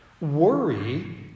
Worry